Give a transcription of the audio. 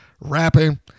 rapping